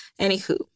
anywho